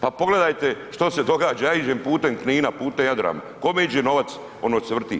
Pa pogledajte što se događa, ja idem putem Knina, putem Jadrana, kome iđe novac ono što se vrti?